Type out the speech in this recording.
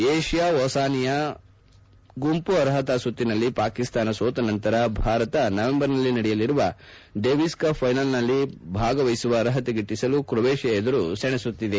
Asia Oceania ಗುಂಪು ಅರ್ಹತಾ ಸುತ್ತಿನಲ್ಲಿ ಪಾಕಿಸ್ತಾನ ಸೋತ ನಂತರ ಭಾರತ ನವೆಂಬರ್ನಲ್ಲಿ ನಡೆಯಲಿರುವ ಡೆಎೀಸ್ಕಪ್ ಫೈನಲ್ಸ್ನಲ್ಲಿ ಭಾಗವಹಿಸುವ ಅರ್ಹತೆ ಗಿಟ್ಟಸಲು ಕ್ರೋವೇಷಿಯಾ ಎದುರು ಸೆಣಸುತ್ತಿದೆ